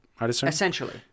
essentially